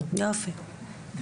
יופי.